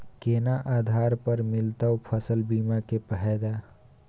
केना आधार पर मिलतै फसल बीमा के फैदा?